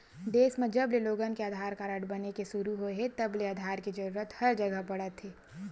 देस म जबले लोगन के आधार कारड बने के सुरू होए हे तब ले आधार के जरूरत हर जघा पड़त हे